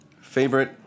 Favorite